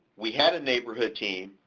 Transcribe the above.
we had a neighborhood team,